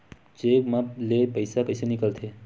Cheque म ले पईसा कइसे निकलथे?